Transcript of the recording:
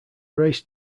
race